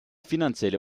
finanzielle